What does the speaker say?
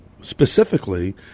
specifically